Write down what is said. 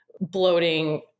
bloating